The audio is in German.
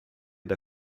der